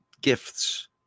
gifts